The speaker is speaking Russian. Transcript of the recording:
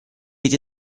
эти